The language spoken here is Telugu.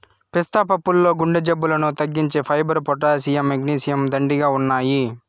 పిస్తా పప్పుల్లో గుండె జబ్బులను తగ్గించే ఫైబర్, పొటాషియం, మెగ్నీషియం, దండిగా ఉన్నాయి